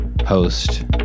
host